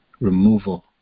removal